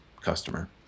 customer